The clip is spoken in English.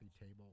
table